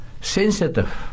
Sensitive